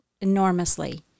enormously